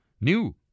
new